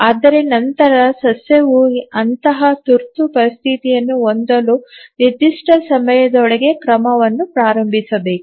ಆದರೆ ನಂತರ ಸಸ್ಯವು ಅಂತಹ ತುರ್ತು ಪರಿಸ್ಥಿತಿಯನ್ನು ಹೊಂದಲು ನಿರ್ದಿಷ್ಟ ಸಮಯದೊಳಗೆ ಕ್ರಮವನ್ನು ಪ್ರಾರಂಭಿಸಬೇಕು